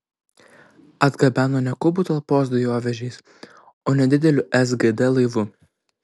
atgabeno ne kubų talpos dujovežiais o nedideliu sgd laivu